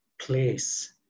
place